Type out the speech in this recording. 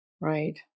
Right